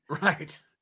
Right